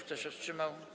Kto się wstrzymał?